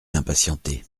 impatienté